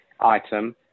item